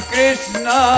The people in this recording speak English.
Krishna